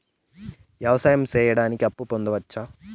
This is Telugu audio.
వ్యవసాయం సేయడానికి అప్పు పొందొచ్చా?